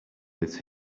that